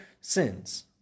sins